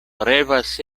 revas